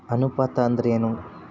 ಅನುಪಾತ ಅಂದ್ರ ಏನ್?